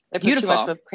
beautiful